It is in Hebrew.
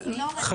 אומרת,